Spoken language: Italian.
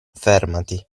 fermati